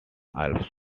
alps